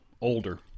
older